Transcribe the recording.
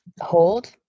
Hold